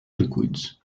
liquids